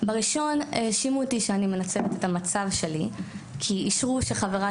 בראשון האשימו אותי שאני מנצלת את המצב שלי כי אישרו שחברה